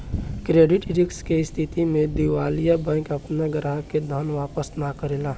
credit risk के स्थिति में दिवालिया बैंक आपना ग्राहक के धन वापस ना करेला